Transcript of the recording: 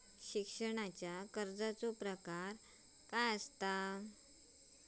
शिक्षणाच्या कर्जाचो प्रकार काय आसत?